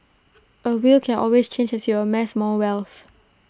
A will can always change as you amass more wealth